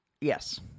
Yes